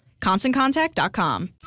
ConstantContact.com